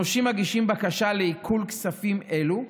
הנושים מגישים בקשה לעיקול כספים אלו,